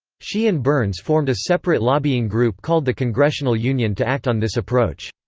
she and burns formed a separate lobbying group called the congressional union to act on this approach.